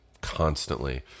constantly